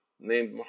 named